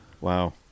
Wow